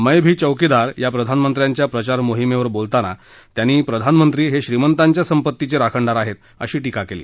मै भी चौकीदार या प्रधानमंत्र्यांच्या प्रचार मोहिमध्वि बोलताना त्यांनी प्रधानमंत्री हा अीमंतांच्या संप्पतीचरेखणदार आहेत् अशी टिका कल्ली